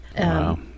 Wow